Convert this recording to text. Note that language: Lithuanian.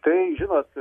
tai žinot